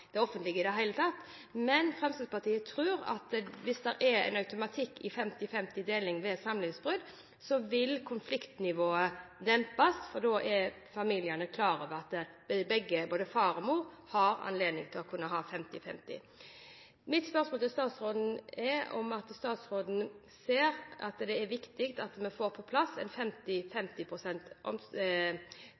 det hele tatt. Men Fremskrittspartiet tror at hvis det er en automatikk i 50/50-deling ved samlivsbrudd, vil konfliktnivået dempes, for da er familiene klar over at begge, både far og mor, har anledning til å kunne ha 50/50 pst. samvær. Mitt spørsmål til statsråden er om statsråden ser at det er viktig at vi får på plass